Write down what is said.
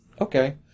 Okay